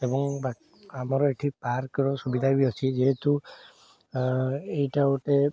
ଏବଂ ଆମର ଏଠି ପାର୍କର ସୁବିଧା ବି ଅଛି ଯେହେତୁ ଏଇଟା ଗୋଟେ